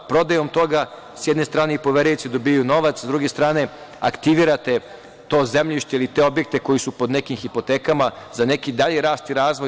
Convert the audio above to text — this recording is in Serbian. Prodajom toga, sa jedne strane, i poverioci dobijaju novac, a sa druge strane aktivirate to zemljište ili te objekte koji su pod nekim hipotekama za neki dalji rast i razvoj.